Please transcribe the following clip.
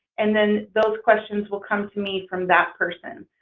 and then those questions will come to me from that person.